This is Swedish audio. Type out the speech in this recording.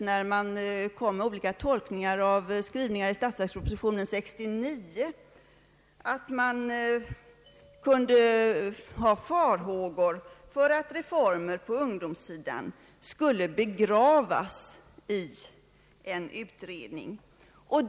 När man kom med olika tolkningar av skrivningen i statsverkspropositionen 1969 uttrycktes farhågor för att reformer på ungdomssidan skulle begravas i en utredning.